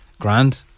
Grand